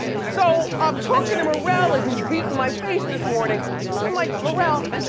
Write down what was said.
so i'm talkin' to merrell as he's beatin' my face this morning. i'm like, merrell,